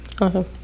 Awesome